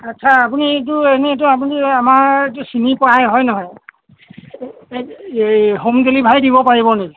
আচ্ছা আপুনি এইটো এনেইতো আপুনি আমাৰ এইটো চিনি পাযেই হয় নহয় এই হোম ডেলিভাৰী দিব পাৰিব নেকি